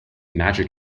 magic